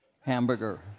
hamburger